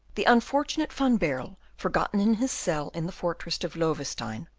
the unfortunate van baerle, forgotten in his cell in the fortress of loewestein,